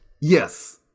Yes